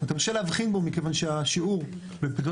אתה מתקשה להבחין בו מכיוון שהשיעור בפליטות